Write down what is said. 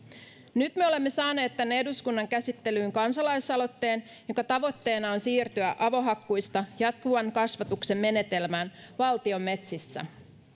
nyt me olemme saaneet tänne eduskunnan käsittelyyn kansalaisaloitteen jonka tavoitteena on siirtyä avohakkuista jatkuvan kasvatuksen menetelmään valtion metsissä